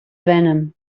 venom